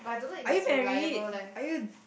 are you married are you